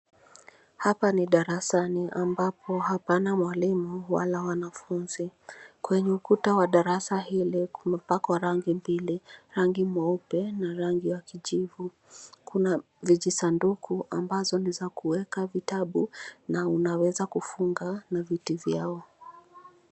Hapa ni darasani ambapo hapana mwalimu wala wanafunzi. Kwenye ukuta wa darasa hili kumepakwa rangi mbili; rangi nyeupe na rangi ya kijivu. Kuna vijisanduku ambazo ni za kuwekwa vitabu na unaweza kufunga na viti vyao.